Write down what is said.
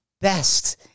best